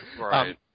Right